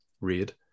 read